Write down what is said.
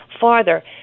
farther